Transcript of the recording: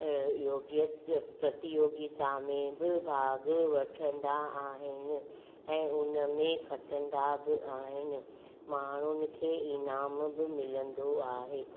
अ योगित प्रतियोगिता में बि भाॻु वठंदा आहिनि ऐं उनमें खटंदा बि आहिनि माण्हुनि खे इनामु बि मिलंदो आहे